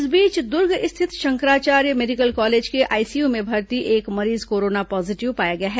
इस बीच दुर्ग स्थित शंकराचार्य मेडिकल कॉलेज के आईसीयू में भर्ती एक मरीज कोरोना पॉजिटिव पाया गया है